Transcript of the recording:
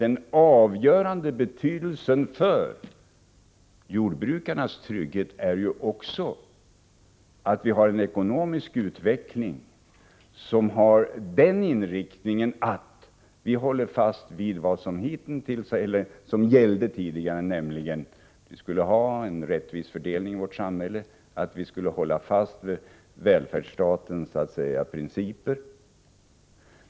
Av avgörande betydelse för jordbrukarnas trygghet är att vi styr den ekonomiska utvecklingen genom att hålla fast vid den inriktning vi hade tidigare, nämligen att eftersträva en rättvis fördelning i vårt samhälle i enlighet med välfärdsstatens principer.